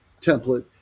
template